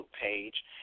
page